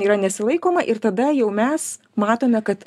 yra nesilaikoma ir tada jau mes matome kad